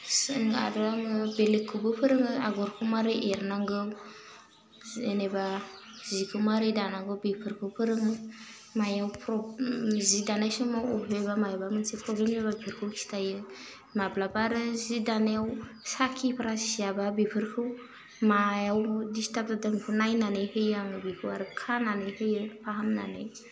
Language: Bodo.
सों आरो आङो बेलेगखौबो फोरोङो आगरखौ माबोरै एरनांगौ जेनेबा जिखौ माबोरै दानांगौ बेफोरखौ फोरोङो मायाव प्रब जि दानाय समाव अफायबा मायबा मोनसे प्रब्लेम जायोबा बेफोरखौ खिन्थायो माब्लाबा आरो जि दानायाव साखिफ्रा सियाबा बेफोरखौ मायाव दिसथाब जादों बेखौ नायनानै होयो आङो बेखौ आरो खानानै होयो फाहामनानै